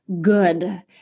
good